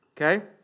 okay